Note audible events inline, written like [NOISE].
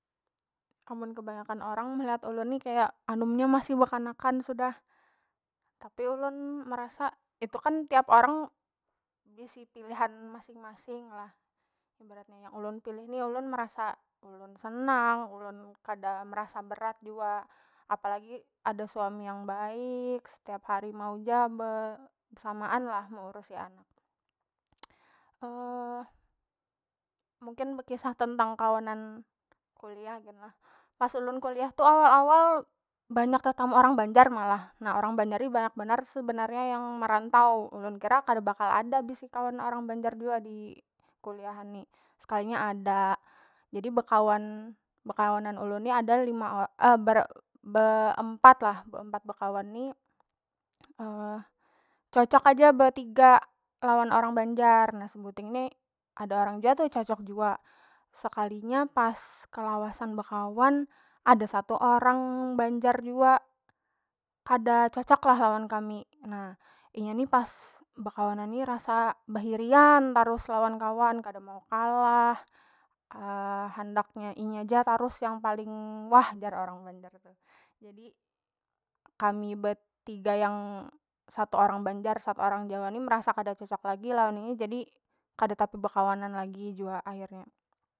Amun kebanyakan orang melihat ulun ni kaya anumnya masih bekanakan sudah tapi ulun merasa itu kan tiap orang bisi pilihan masing- masing lah ibarat nya yang ulun pilih ni ulun merasa ulun senang ulun kada merasa berat jua apalagi ada suami yang baik setiap hari mau ja be- besamaan lah meurusi anak. [HESITATION] Mungkin bekisah tentang kawanan kuliah gin lah pas ulun kuliah tu awal- awal banyak tetamu orang banjar malah na orang banjar ni banyak banar sebenarnya yang merantau ulun kira kada bakal ada bisi kawan orang banjar jua di kuliahan ni sekalinya ada jadi bekawan- bekawanan ulun ni ada lima [HESITATION] ber- beempat lah beempat bekawan ni [HESITATION] cocok aja betiga lawan orang banjar nah sebuting ni ada orang jua tu cocok jua sekalinya pas kelawasa bekawan ada satu orang banjar jua kada cocok lah lawan kami na inya ni pas bekawanan ni rasa behirian tarus lawan kawan kada mau kalah [HESITATION] handaknya inya ja tarus yang paling wah jar orang banjar tuh, jadi kami betiga yang satu orang banjar satu orang jawa ni merasa kada cocok lagi lawan ini jadi kada tapi bekawanan lagi jua akhirnya.